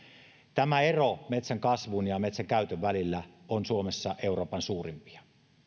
tämä ero metsän kasvun ja metsän käytön välillä on suomessa euroopan suurimpia